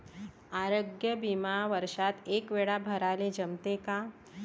आरोग्य बिमा वर्षात एकवेळा भराले जमते का?